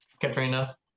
Katrina